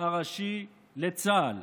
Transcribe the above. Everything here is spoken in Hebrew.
הראשי לצה"ל,